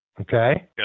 Okay